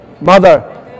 mother